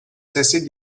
cesser